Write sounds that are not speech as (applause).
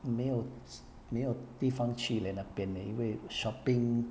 没有 (noise) 没有地方去 leh 因为 shopping